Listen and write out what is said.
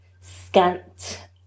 scant